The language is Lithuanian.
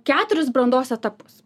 keturis brandos etapus